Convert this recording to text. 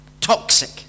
toxic